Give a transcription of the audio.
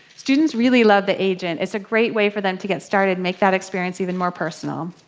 students really love the agent. it's a great way for them to get started. make that experience even more personal.